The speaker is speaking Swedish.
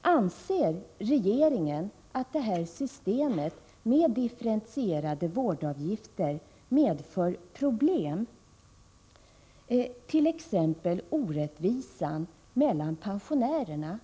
Anser regeringen att systemet med differentierade vårdavgifter medför problem, t.ex. orättvisa mellan pensionärer?